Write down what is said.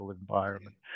environment